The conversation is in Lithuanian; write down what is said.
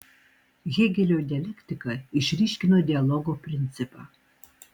hėgelio dialektika išryškino dialogo principą